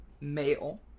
male